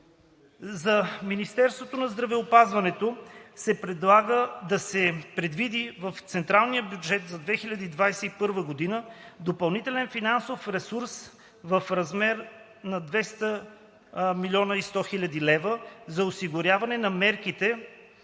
За Министерството на здравеопазването се предлага да се предвиди в централния бюджет за 2021 г. допълнителен финансов ресурс в размер до 200,1 млн. лв. за осигуряване на мерките